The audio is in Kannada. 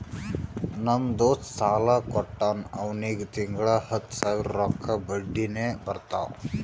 ನಮ್ ದೋಸ್ತ ಸಾಲಾ ಕೊಟ್ಟಾನ್ ಅವ್ನಿಗ ತಿಂಗಳಾ ಹತ್ತ್ ಸಾವಿರ ರೊಕ್ಕಾ ಬಡ್ಡಿನೆ ಬರ್ತಾವ್